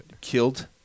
killed